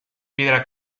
piedra